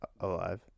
Alive